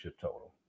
total